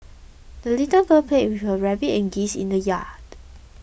the little girl played with her rabbit and geese in the yard